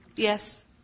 Yes